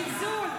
זלזול.